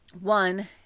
One